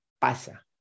pasa